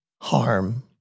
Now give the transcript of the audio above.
harm